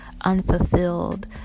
unfulfilled